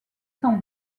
sans